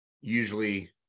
usually